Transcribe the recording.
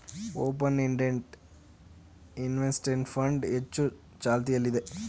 open ended investment fund ಹೆಚ್ಚು ಚಾಲ್ತಿಯಲ್ಲಿದೆ